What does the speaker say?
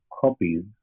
copies